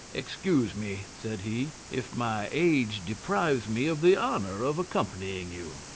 excuse me, said he, if my age deprives me of the honour of accompanying you.